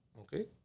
okay